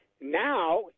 Now